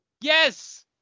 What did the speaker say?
Yes